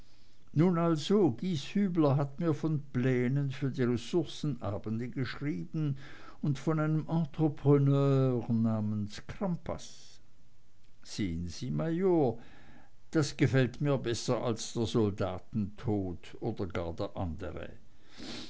nun also gieshübler hat mir von plänen für die ressourcenabende geschrieben und von einem entrepreneur namens crampas sehen sie major das gefällt mir besser als der soldatentod oder gar der andere